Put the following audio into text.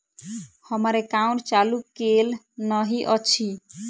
हम्मर एकाउंट चालू केल नहि अछि?